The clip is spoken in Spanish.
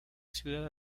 ciudad